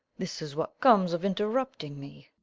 this is what comes of interrupting me.